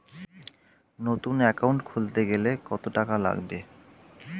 নতুন একাউন্ট খুলতে গেলে কত টাকা লাগবে?